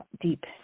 deep